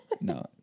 No